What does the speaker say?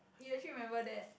he actually remember that